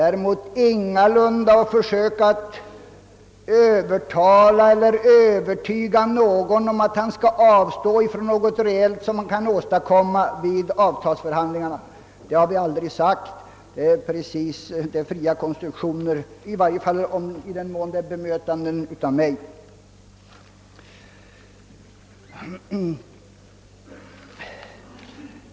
Däremot är det ingalunda fråga om att försöka övertala eller övertyga någon om att avstå från en reell fördel som kan åstadkommas vid avtalsförhandlingarna. Påståendet att vi skulle ha sagt detta är en fri konstruktion — åtminstone i den mån det gäller ett bemötande av mina uttalanden.